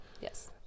yes